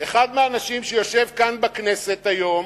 אחד מהאנשים שיושב כאן בכנסת היום.